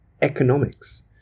economics